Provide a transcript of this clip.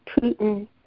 Putin